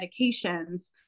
medications